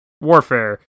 Warfare